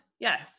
Yes